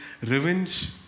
revenge